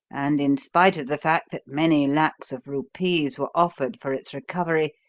and in spite of the fact that many lacs of rupees were offered for its recovery,